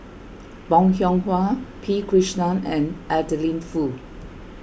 Bong Hiong Hwa P Krishnan and Adeline Foo